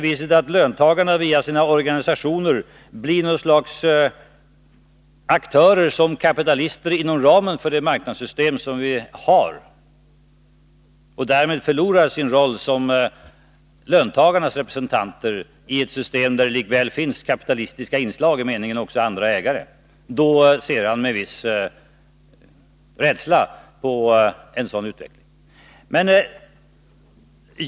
Men om löntagarna genom sina organisationer blir något slags aktörer som kapitalister inom ramen för det marknadssystem som vi har och därmed förlorar sin roll som löntagarnas representanter i ett system där det likaväl finns kapitalistiska inslag, i meningen att det finns även andra ägare, då ser han med viss rädsla på en sådan utveckling.